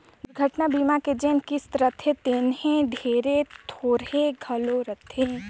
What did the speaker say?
दुरघटना बीमा के जेन किस्त रथे तेम्हे ढेरे थोरहें घलो रहथे